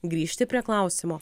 grįžti prie klausimo